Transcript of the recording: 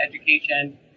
education